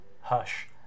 Hush